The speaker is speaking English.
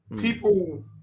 People